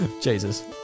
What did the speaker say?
Jesus